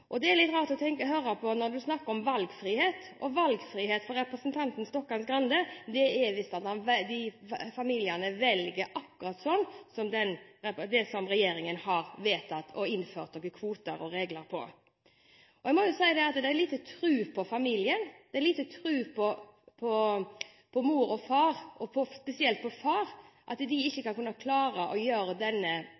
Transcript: Og når vi snakker om valgfrihet, så er det litt rart å høre at for representanten Stokkan-Grande er visst valgfrihet at familiene velger akkurat det som regjeringen har vedtatt og innført noen kvoter og regler på. Jeg må jo si at det viser liten tro på familien, det viser liten tro på mor og far, spesielt på far, at de ikke